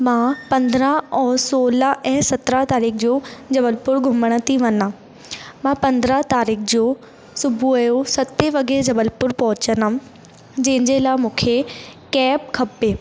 मां पंद्राहं ऐं सोलह ऐं सतिराहं तारीख़ जो जबलपुर घुमण थी वञा मां पंद्राहं तारीख़ जो सुबुह जो सते वगे जबलपुर पहुचंदमि जंहिंजे लाइ मूंखे कैब खपे